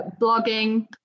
blogging